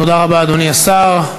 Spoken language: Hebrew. תודה רבה, אדוני השר.